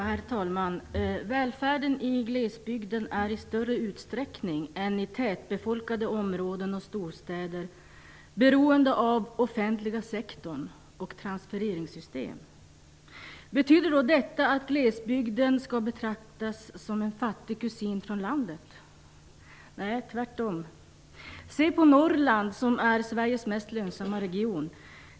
Herr talman! Välfärden i glesbygden är i större utsträckning än i tätbefolkade områden och storstäder beroende av den offentliga sektorn och transfereringssystemen. Betyder då detta att glesbygden skall betraktas som en fattig kusin från landet? Nej, tvärtom. Se på Norrland, som är Sveriges mest lönsamma region.